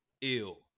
ill